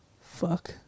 Fuck